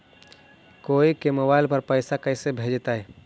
कोई के मोबाईल पर पैसा कैसे भेजइतै?